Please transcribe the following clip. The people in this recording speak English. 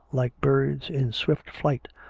like birds in swift flight,